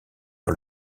par